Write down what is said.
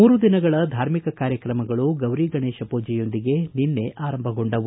ಮೂರು ದಿನಗಳ ಧಾರ್ಮಿಕ ಕಾರ್ಯತ್ರಮಗಳು ಗೌರಿ ಗಣೇಶ ಪೂಜೆಯೊಂದಿಗೆ ನಿನ್ನೆ ಆರಂಭಗೊಂಡಿದೆ